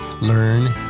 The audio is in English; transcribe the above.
learn